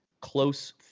close